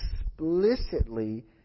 explicitly